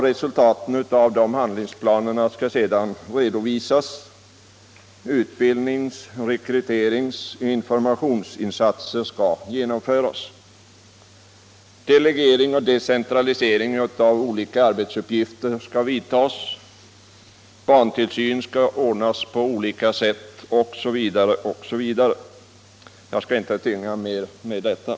Resultatet av de handlingsplanerna skall sedan redovisas, utbildnings-, rekryterings och informationsinsatser skall genomföras. Delegering och decentralisering av olika arbetsuppgifter skall vidtas, barntillsyn skall ordnas på olika sätt osv. Jag skall inte tynga debatten mer med detta.